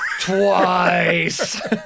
Twice